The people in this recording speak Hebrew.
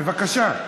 בבקשה.